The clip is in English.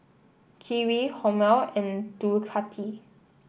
Kiwi Hormel and Ducati